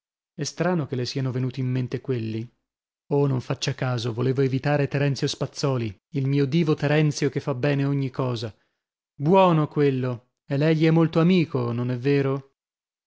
è strano che le siano venuti in mente quelli oh non faccia caso volevo evitare terenzio spazzòli il mio divo terenzio che fa bene ogni cosa buono quello e lei gli è molto amico non è vero